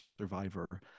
survivor